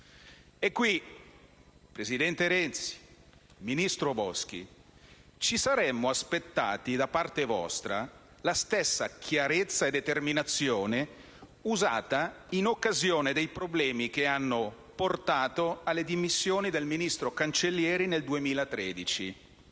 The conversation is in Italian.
caso, presidente Renzi, ministro Boschi, ci saremmo aspettati da parte vostra la stessa chiarezza e determinazione usate in occasione dei problemi che hanno portato alle dimissioni del ministro Cancellieri nel 2013,